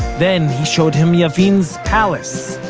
then he showed him yavin's palace.